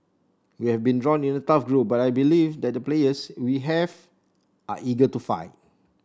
we have been drawn in a tough group but I believe that the players we have are eager to fight